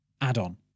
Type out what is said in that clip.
add-on